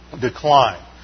decline